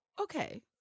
Okay